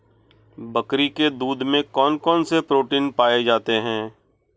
बकरी के दूध में कौन कौनसे प्रोटीन पाए जाते हैं?